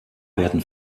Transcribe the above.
werden